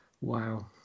Wow